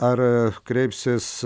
ar kreipsis